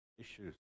Issues